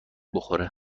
بخوره